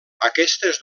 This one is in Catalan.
aquestes